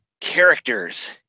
characters